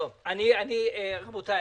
רבותי,